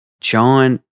john